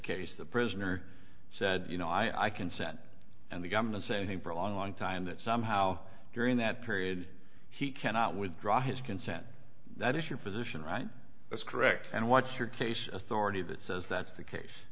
case the prisoner said you know i consent and the government saying for a long long time that somehow during that period he cannot withdraw his consent that is your position right that's correct and watch your case authority that says that the case